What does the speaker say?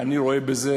רואה בזה,